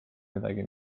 midagi